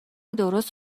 درست